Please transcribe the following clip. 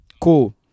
Cool